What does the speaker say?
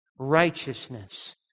righteousness